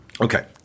Okay